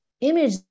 image